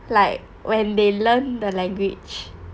like when they learn the language